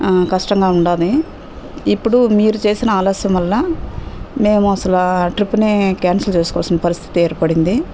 కష్టంగా ఉంది ఇప్పుడు మీరు చేసిన ఆలస్యం వల్ల మేము అసలు ట్రిప్నే క్యాన్సల్ చేసుకోవాల్సిన పరిస్థితి ఏర్పడింది